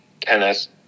tennis